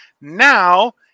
Now